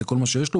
זה כל מה שיש לו,